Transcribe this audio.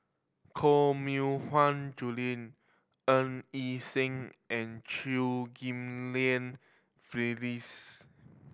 Koh Mui Hiang Julie Ng Yi Sheng and Chew Ghim Lian Phyllis